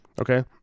Okay